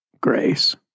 grace